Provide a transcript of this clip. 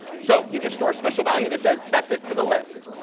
so you just store special value that says that's it for the list.